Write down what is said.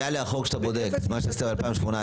בראייה לאחור כשאתה בודק את מה שעשית ב-2018,